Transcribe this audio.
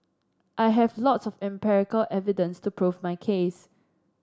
I have lots of empirical evidence to prove my case